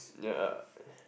yeah